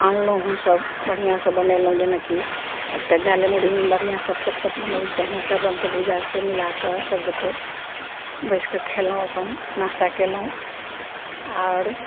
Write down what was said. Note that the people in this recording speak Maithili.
अनलहुॅं हमसब बढ़िऑं से बनेलहुॅं जेनाकि एकटा झालमुरही मे बढ़िऑं से चटपट बनबै छै तहिना सब रंग के भूजा के मिलाके सब गोटे बसि के खेलहुॅं अपन नास्ता केलहुॅं आर